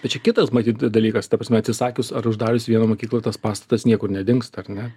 bet čia kitas matyt dalykas ta prasme atsisakius ar uždarius vieną mokyklą tas pastatas niekur nedingsta ar ne